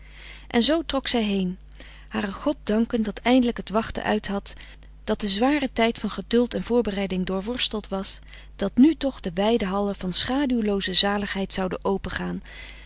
en zoo trok zij heen haren god dankend dat eindelijk het wachten uit had dat de zware tijd van geduld en voorbereiding doorworsteld was dat nu toch de wijde hallen van schaduwlooze zaligheid zouden opengaan